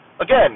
Again